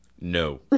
No